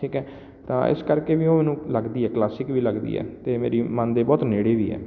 ਠੀਕ ਹੈ ਤਾਂ ਇਸ ਕਰਕੇ ਵੀ ਉਹ ਮੈਨੂੰ ਲੱਗਦੀ ਹੈ ਕਲਾਸਿਕ ਵੀ ਲੱਗਦੀ ਹੈ ਅਤੇ ਮੇਰੀ ਮਨ ਦੇ ਬਹੁਤ ਨੇੜੇ ਵੀ ਹੈ